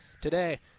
today